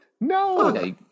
No